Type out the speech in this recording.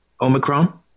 Omicron